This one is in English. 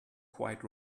quite